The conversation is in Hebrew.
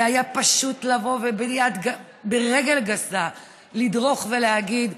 זה היה פשוט לבוא וברגל גסה לדרוך ולהגיד: